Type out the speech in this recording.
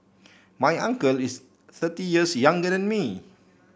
my uncle is thirty years younger than me